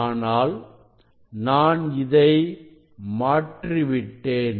ஆனால் நான் இதை மாற்றிவிட்டேன்